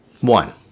One